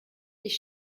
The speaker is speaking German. ich